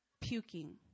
puking